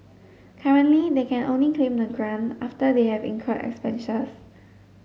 currently they can only claim the grant after they have incurred expenses